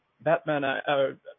Batman